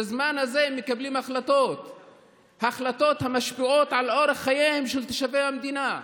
בזמן הזה הם מקבלים החלטות המשפיעות על אורח חייהם של תושבי המדינה.